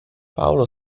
paolo